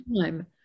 time